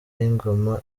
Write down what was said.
y’ingoma